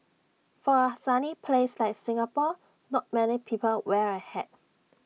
for A sunny place like Singapore not many people wear A hat